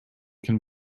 can